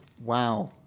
Wow